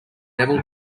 devil